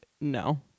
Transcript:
No